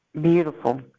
Beautiful